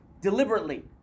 Deliberately